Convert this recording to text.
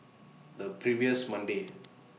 The previous Monday